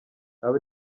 aba